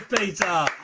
Peter